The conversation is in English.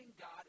God